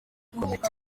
komite